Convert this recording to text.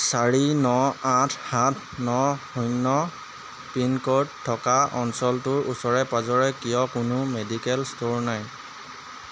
চাৰি ন আঠ সাত ন শূন্য পিনক'ড থকা অঞ্চলটোৰ ওচৰে পাঁজৰে কিয় কোনো মেডিকেল ষ্ট'ৰ নাই